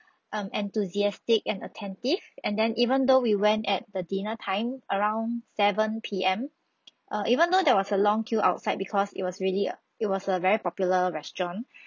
um enthusiastic and attentive and then even though we went at the dinner time around seven P_M err even though there was a long queue outside because it was really it was a very popular restaurant